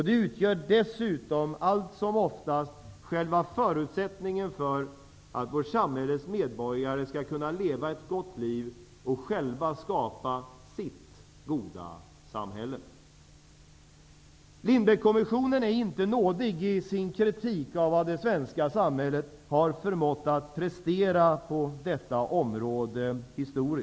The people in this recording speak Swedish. Det utgör dessutom alltsom oftast själva förutsättningen för att samhällets medborgare skall kunna leva ett gott liv och själva skapa sitt goda samhälle. Lindbeckkommissionen är inte nådig i sin kritik av vad det svenska samhället historiskt sett har förmått att prestera på detta område.